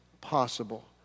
possible